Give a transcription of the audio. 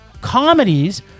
comedies